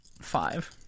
five